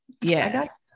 Yes